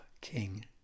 King